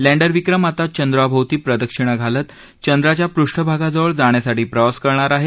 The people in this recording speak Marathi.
लँडर विक्रम आता चंद्राभोवती प्रदक्षिणा घालत चंद्राच्या पृष्ठभागाजवळ जाण्यासाठी प्रवास करणार आहे